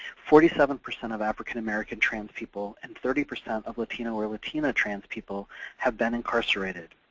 forty seven percent of african american trans people and thirty percent of latino or latina trans people have been incarcerated.